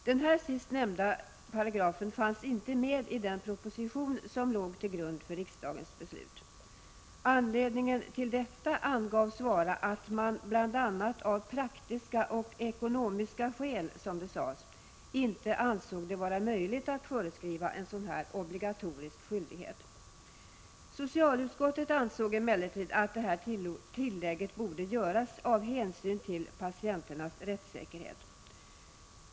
Den här nämnda paragrafen fanns inte med i den proposition som låg till grund för riksdagens beslut. Anledningen till detta angavs vara att man av bl.a. praktiska och ekonomiska skäl inte ansåg det vara möjligt att föreskriva en sådan här obligatorisk skyldighet. Socialutskottet ansåg emellertid att tillägget borde göras av hänsyn till patienternas rättssäkerhet.